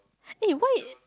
eh why